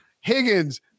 Higgins